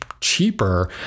cheaper